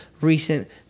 recent